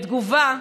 בתגובה,